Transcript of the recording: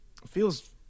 Feels